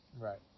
Right